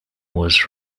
was